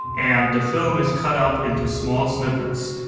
and the film is cut up into small snippets,